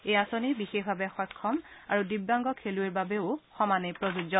এই আঁচনি বিশেষভাৱে সক্ষম আৰু দিব্যাংগ খেলুৱৈৰ বাবেও সমানেই প্ৰযোজ্য